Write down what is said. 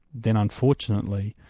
then unfortunately